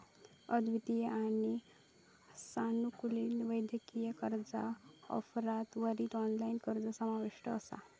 अद्वितीय आणि सानुकूलित वैयक्तिक कर्जा ऑफरात त्वरित ऑनलाइन अर्ज समाविष्ट असा